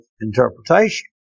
interpretation